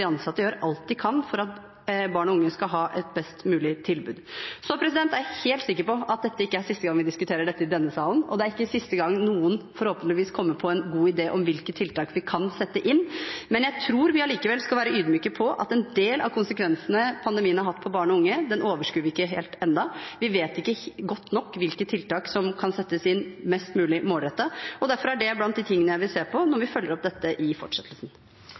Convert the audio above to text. ansatte gjør alt de kan for at barn og unge skal ha et best mulig tilbud. Så er jeg helt sikker på at det ikke er siste gang vi diskuterer dette i denne salen, og det er forhåpentligvis ikke siste gang noen kommer på en god idé om hvilke tiltak vi kan sette inn. Men jeg tror vi allikevel skal være ydmyke på at en del av konsekvensene pandemien har hatt på barn og unge, overskuer vi ikke helt ennå. Vi vet ikke godt nok hvilke tiltak som kan settes inn mest mulig målrettet. Derfor er det blant de tingene jeg vil se på når vi følger opp dette i fortsettelsen.